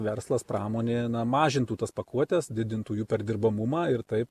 verslas pramonė na mažintų tas pakuotes didintų jų perdirbamumą ir taip